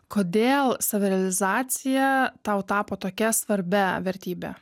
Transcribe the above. kodėl savirealizacija tau tapo tokia svarbia vertybe